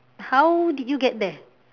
how did you get there